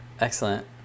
Excellent